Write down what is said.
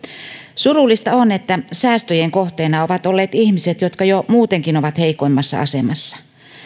surullista on että säästöjen kohteena ovat olleet ihmiset jotka jo muutenkin ovat heikoimmassa asemassa